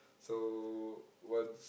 so once